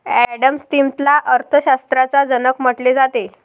Adam स्मिथला अर्थ शास्त्राचा जनक म्हटले जाते